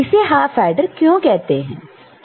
इसे half adder क्यों कहते हैं